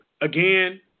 Again